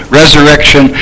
resurrection